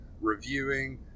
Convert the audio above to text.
reviewing